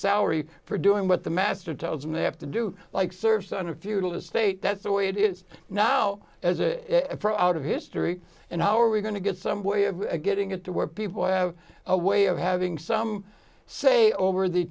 salary for doing what the master tells them they have to do like served on a feudal estate that's the way it is now as a for out of history and how are we going to get some way of getting it to where people have a way of having some say over the